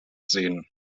sehen